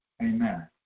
Amen